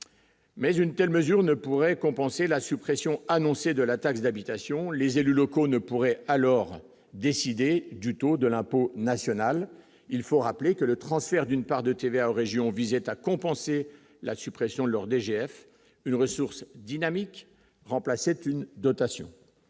Mais une telle mesure ne pourrait compenser la suppression annoncée de la taxe d'habitation, les élus locaux ne pourrait alors décider du taux de l'impôt national, il faut rappeler que le transfert d'une part de TVA aux régions visait à compenser la suppression de leur DGF une ressource dynamique remplaçait une dotation